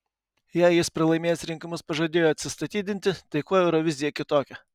jei jis pralaimėjęs rinkimus pažadėjo atsistatydinti tai kuo eurovizija kitokia